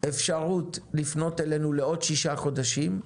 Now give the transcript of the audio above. אפשרות לפנות אלינו לעוד שישה חודשים,